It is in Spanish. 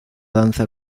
danza